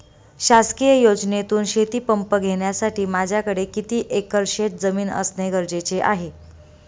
शासकीय योजनेतून शेतीपंप घेण्यासाठी माझ्याकडे किती एकर शेतजमीन असणे गरजेचे आहे?